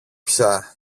πια